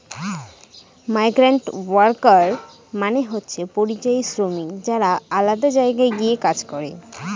migrant worker মানে হচ্ছে পরিযায়ী শ্রমিক যারা আলাদা জায়গায় গিয়ে কাজ করে